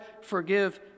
forgive